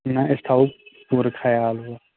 نہَ أسۍ تھاوَو سورُے خیال حظ